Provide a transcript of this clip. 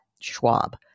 Schwab